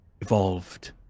evolved